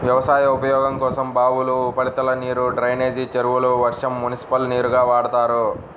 వ్యవసాయ ఉపయోగం కోసం బావులు, ఉపరితల నీరు, డ్రైనేజీ చెరువులు, వర్షం, మునిసిపల్ నీరుని వాడతారు